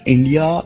India